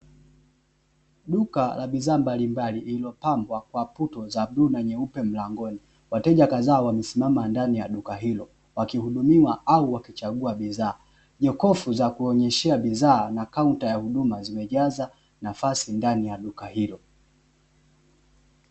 Duka la bidhaa mbalimbali lililopambwa kwa puto za bluu na nyeupe mlangoni. Wateja kadhaa wamesimama ndani ya duka hilo wakihudumiwa au wakichagua bidhaa. Jokofu za kuonyeshea bidhaa na kaunta ya huduma zimejaza nafasi ndani ya duka hilo.